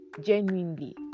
genuinely